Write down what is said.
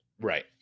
Right